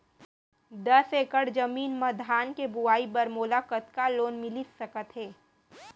दस एकड़ जमीन मा धान के बुआई बर मोला कतका लोन मिलिस सकत हे?